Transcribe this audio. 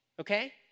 Okay